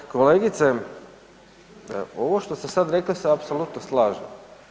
Kolegice, ovo što ste sad rekli se apsolutno slažem.